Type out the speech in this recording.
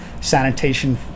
sanitation